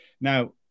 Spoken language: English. Now